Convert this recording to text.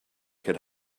could